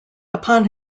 upon